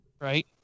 Right